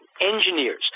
Engineers